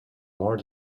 more